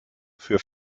für